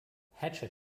hatchet